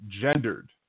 gendered